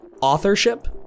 authorship